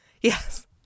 Yes